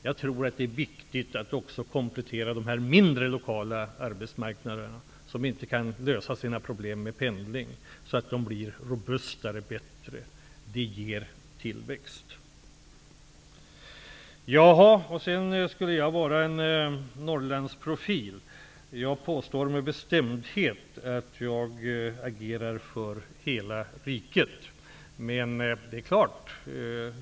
Jag tror att det är viktigt att också komplettera de mindre, lokala arbetsmarknaderna, som inte kan lösa sina problem genom pendling, så att de blir robustare och bättre. Det ger tillväxt. Det sades att jag skulle vara en Norrlandsprofil. Jag påstår med bestämdhet att jag agerar för hela riket.